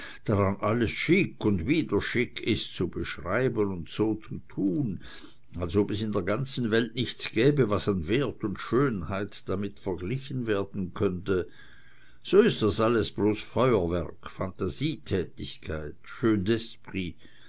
alles chic und wieder chic ist zu beschreiben und so zu tun als ob es in der ganzen welt nichts gäbe was an wert und schönheit damit verglichen werden könnte so ist das alles bloß feuerwerk phantasietätigkeit